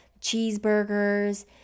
cheeseburgers